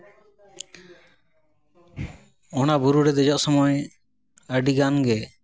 ᱚᱱᱟ ᱵᱩᱨᱩ ᱨᱮ ᱫᱮᱡᱚᱜ ᱥᱚᱢᱚᱭ ᱟᱹᱰᱤᱜᱟᱱ ᱜᱮ